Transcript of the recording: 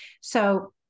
So-